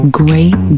great